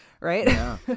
Right